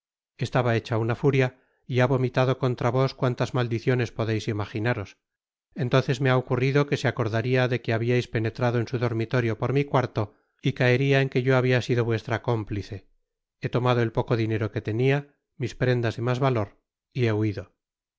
estaba hecha una furia y ha vomitado contra vos cuantas maldiciones podeis imajinaros entonces me ha ocurrido que se acordaria de que habiais penetrado en su dormitorio por mi cuarto y caeria en que yo habia sido vuestra cómplice he tomado el poco dinero que tenia mis prendas de mas valor y he huido